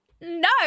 no